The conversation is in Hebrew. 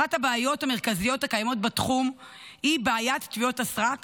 אחת הבעיות המרכזיות הקיימות בתחום היא בעיית תביעות הסרק